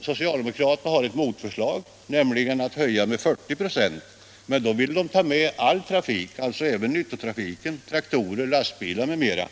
Socialdemokraterna har ett motförslag, nämligen att höja fordonsskatten med 40 96. Men då vill de ta med all trafik, alltså även nyttotrafik — traktorer, lastbilar m.m.